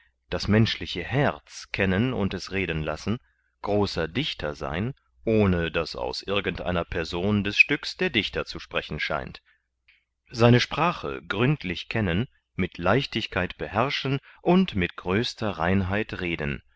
das menschliche herz kennen und es reden lassen großer dichter sein ohne daß aus irgend einer person des stücks der dichter zu sprechen scheint seine sprache gründlich kennen mit leichtigkeit beherrschen und mit größter reinheit reden